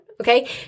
okay